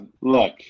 look